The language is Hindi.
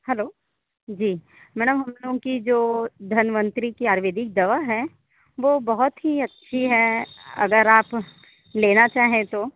हलो जी मैडम हम लोग की जो धन्वन्तरि की आयुर्वेदिक दवा है वो बहुत ही अच्छी है अगर आप लेना चाहें तो